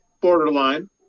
borderline